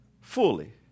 fully